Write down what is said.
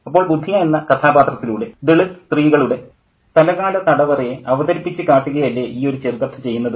അപ്പോൾ ബുധിയ എന്ന കഥാപാത്രത്തിലൂടെ ദളിത് സ്ത്രീകളുടെ സ്ഥലകാല തടവറയെ അവതരിപ്പിച്ചു കാട്ടുകയല്ലേ ഈയൊരു ചെറുകഥ ചെയ്യുന്നത്